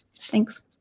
Thanks